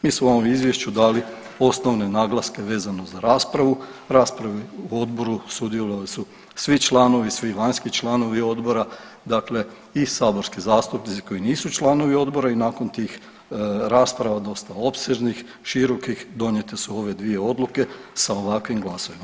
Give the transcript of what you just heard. Mi smo u ovom izvješću dali osnovne naglaske vezano za raspravu, raspravi u odboru sudjelovali su svi članovi, svi vanjski članovi odbora, dakle i saborski zastupnici koji nisu članovi odbora i nakon tih rasprava dosta opsežnih, širokih donijete su ove dvije odluke sa ovakvim glasovima.